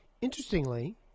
Interestingly